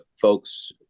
folks